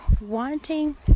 wanting